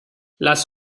las